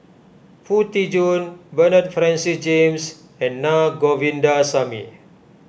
Foo Tee Jun Bernard Francis James and Naa Govindasamy